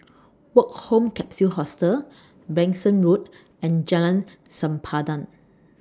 Woke Home Capsule Hostel Branksome Road and Jalan Sempadan